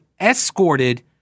escorted